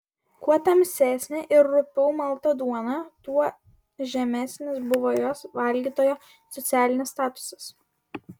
kuo tamsesnė ir rupiau malta duona tuo žemesnis buvo jos valgytojo socialinis statusas